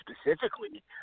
specifically